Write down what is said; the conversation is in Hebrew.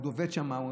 הוא עוד עובד שמה,